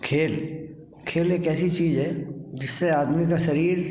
खेल खेल एक ऐसी चीज़ है जिससे आदमी का शरीर